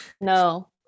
No